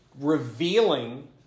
revealing